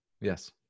yes